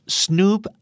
snoop